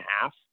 half